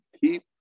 keep